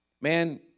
Man